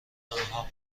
آنها